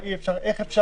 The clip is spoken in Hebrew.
מה אי אפשר,